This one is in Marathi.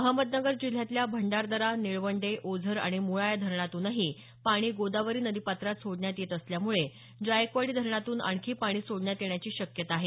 अहमदनगर जिल्ह्यातल्या भंडारदरा निळवंडे ओझर आणि मुळा या धरणांतूनही पाणी गोदावरी नदीपात्रात सोडण्यात येत असल्यामुळे जायकवाडी धरणातून आणखी पाणी सोडण्यात येण्याची शक्यता आहे